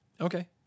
okay